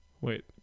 Wait